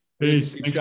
Peace